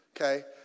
okay